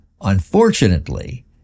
unfortunately